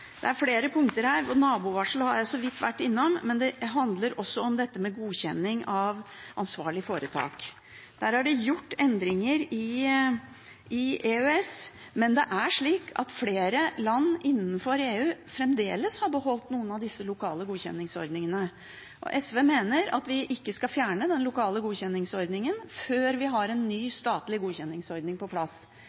Det er flere punkter her, og nabovarsel har jeg så vidt vært innom, men det handler også om dette med godkjenning av ansvarlig foretak. Der er det gjort endringer i EØS, men det er slik at flere land innenfor EU fremdeles har beholdt noen av disse lokale godkjenningsordningene. SV mener at vi ikke skal fjerne den lokale godkjenningsordningen før vi har en ny, statlig godkjenningsordning på plass.